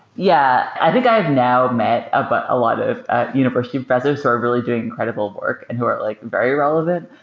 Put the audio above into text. yeah. i think i have now met a but lot of university professors who are really doing incredible work and who are like very relevant.